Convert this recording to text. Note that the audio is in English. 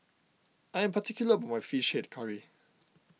I am particular about my Fish Head Curry